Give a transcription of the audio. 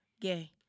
gay